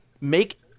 make